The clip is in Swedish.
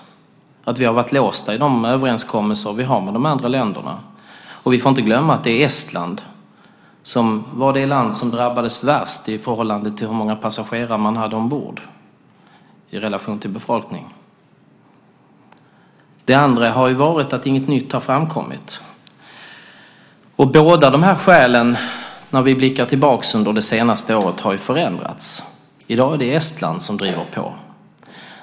Vi har varit låsta i de överenskommelser vi har med de andra länderna. Vi får inte glömma att det är Estland som var det land som drabbades värst i förhållande till hur många passagerare man hade ombord i relation till befolkning. Det andra skälet har varit att inget nytt har framkommit. Båda dessa skäl har förändrats, som vi ser när vi blickar tillbaka under det senaste året. I dag är det Estland som driver på.